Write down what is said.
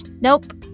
Nope